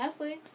Netflix